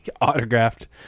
autographed